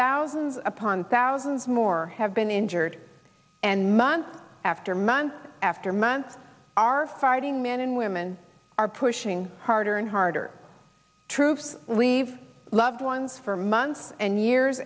thousands upon thousands more have been injured and month after month after month our fighting men and women are pushing harder and harder troops leave loved ones for months and years